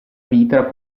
vita